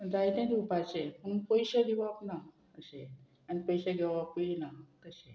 जाय तें दिवपाचे पूण पयशे दिवप ना अशे आनी पयशे घेवपूय ना तशे